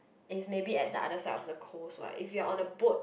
is maybe at the other side of the coast what if you are on a boat